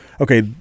okay